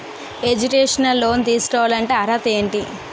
Educational loan తీసుకోవాలంటే అర్హత ఏంటి?